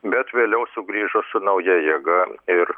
bet vėliau sugrįžo su nauja jėga ir